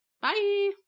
Bye